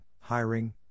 hiring